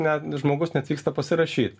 ne žmogus neatvyksta pasirašyt